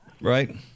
Right